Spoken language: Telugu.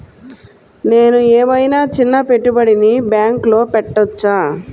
నేను ఏమయినా చిన్న పెట్టుబడిని బ్యాంక్లో పెట్టచ్చా?